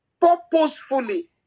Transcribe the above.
purposefully